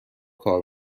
کار